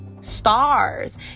Stars